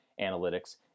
analytics